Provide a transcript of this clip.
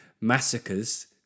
massacres